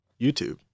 YouTube